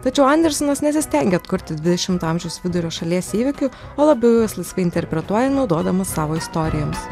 tačiau andersenas nesistengia atkurti dvidešimto amžiaus vidurio šalies įvykių o labiau juos laisvai interpretuoja naudodamas savo istorijas